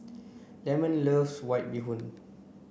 Lemon loves white bee hoon